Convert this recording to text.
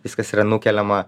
viskas yra nukeliama